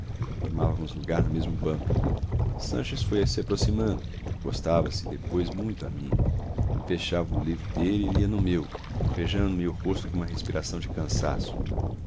tomávamos lugar no mesmo banco sanches foi-se aproximando encostava se depois muito a mim fechava o livro dele e lia no meu bafejando me o rosto com uma respiração de cansaço